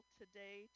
today